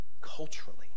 Culturally